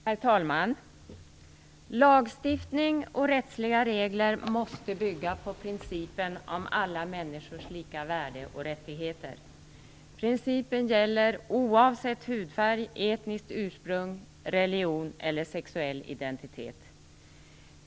Herr talman! Lagstiftning och rättsliga regler måste bygga på principen om alla människors lika värde och rättigheter. Principen gäller oavsett hudfärg, etniskt ursprung, religion eller sexuell identitet.